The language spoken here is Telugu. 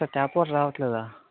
సార్ ట్యాప్ వాటర్ రావట్లేదా